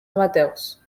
amateurs